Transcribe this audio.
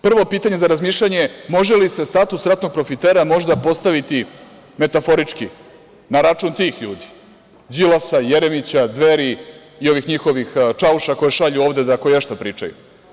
Prvo pitanje za razmišljanje je – može li se status ratnog profitera možda postaviti metaforički na račun tih ljudi Đilasa, Jeremića, Dveri i ovih njihovih Čauša koje šalju ovde da koješta pričaju.